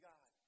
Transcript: God